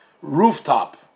rooftop